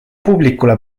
publikule